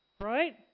Right